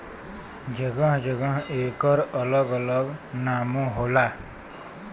जगह जगह एकर अलग अलग नामो होला